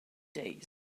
days